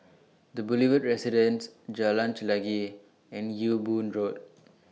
The Boulevard Residence Jalan Chelagi and Ewe Boon Road